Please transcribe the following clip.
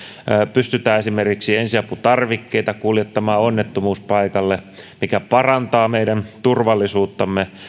pystytään esimerkiksi ensiaputarvikkeita kuljettamaan onnettomuuspaikalle mikä parantaa meidän turvallisuuttamme